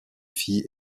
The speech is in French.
fille